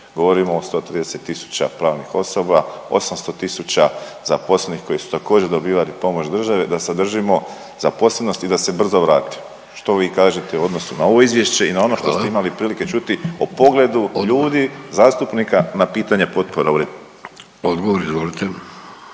Govorimo o 130 tisuća pravnih osoba, 800 tisuća zaposlenih koji su također, dobivali pomoć države da zadržimo zaposlenost i da se brzo vratimo. Što vi kažete u odnosu na ovo Izvješće i na ono što ste imali .../Upadica: Hvala./... prilike čuti o pogledu o ljudi, zastupnika na pitanje potpora u .../Govornik nije